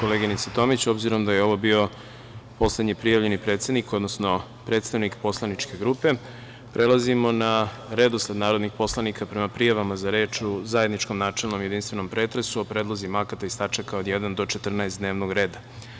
Obzirom da je ovo bio poslednji prijavljeni predsednik, odnosno predstavnik poslaničke grupe, prelazimo na redosled narodnih poslanika prema prijavama za reč u zajedničkom načelnom jedinstvenom pretresu o predlozima akata iz tačaka od 1. do 14. dnevnog reda.